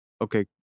Okay